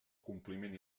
compliment